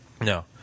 No